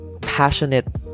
passionate